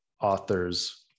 authors